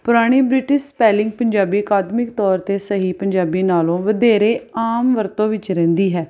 ਪੁਰਾਣੀ British spelling Punjabi ਅਕਾਦਮਿਕ ਤੌਰ 'ਤੇ ਸਹੀ ਪੰਜਾਬੀ ਨਾਲ਼ੋਂ ਵਧੇਰੇ ਆਮ ਵਰਤੋਂ ਵਿੱਚ ਰਹਿੰਦੀ ਹੈ